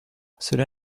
cela